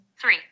Three